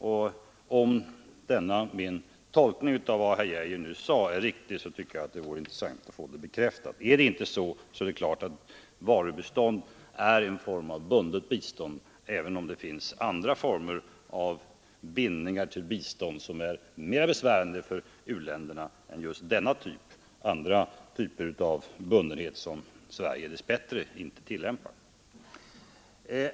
Om denna min tolkning av vad herr Geijer sade är riktig, så tycker jag att det vore intressant att få den bekräftad. Förhåller det sig inte på det sättet, så är det klart att varubistånd är en form av bundet bistånd, även om det finns andra former av bindningar som är mera besvärande för u-länderna än just denna typ — typer av bundenhet som Sverige dess bättre inte tillämpar.